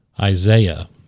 Isaiah